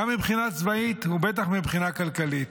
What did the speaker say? גם מבחינה צבאית ובטח מבחינה כלכלית.